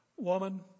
Woman